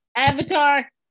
Avatar